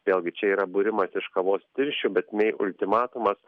vėlgi čia yra būrimas iš kavos tirščių bet mei ultimatumas